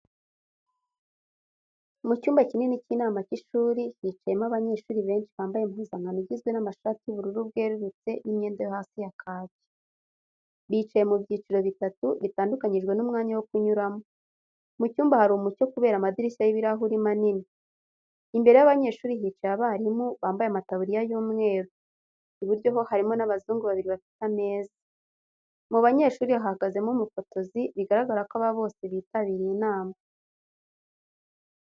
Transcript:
Mu cyumba kinini cy'inama cy'ishuri, hicayemo abanyeshuri benshi bambaye impuzankano igizwe n'amashati y'ubururu bwerurutse n'imyenda yo hasi ya kaki. Bicaye mu byiciro bitatu, bitandukanyijwe n'umwanya wo kunyuramo. Mu cyumba hari umucyo kubera amadirishya y'ibirahuri manini. Imbere y'abanyeshuri hicaye abarimu, bambaye amataburiya y'umweru. Iburyo ho harimo n'abazungu babiri bafite ameza. Mu banyeshuri hahagazemo umufotozi bigaragara ko aba bose bitabiriye inama.